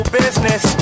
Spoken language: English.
business